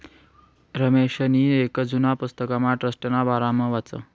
रमेशनी येक जुना पुस्तकमा ट्रस्टना बारामा वाचं